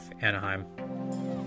Anaheim